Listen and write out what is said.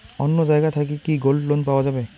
অন্য জায়গা থাকি কি গোল্ড লোন পাওয়া যাবে?